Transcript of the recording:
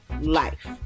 life